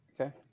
okay